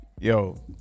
Yo